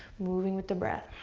moving with the breath.